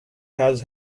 has